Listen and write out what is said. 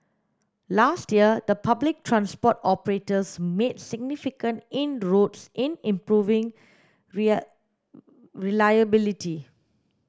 last year the public transport operators made significant inroads in improving reliability